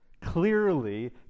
Clearly